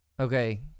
Okay